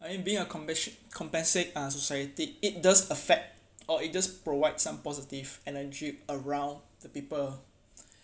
and being a compassionate compensate (compassionate) uh society it's just affect or it just provides some positive energy around the people